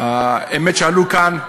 האמת שעלו כאן,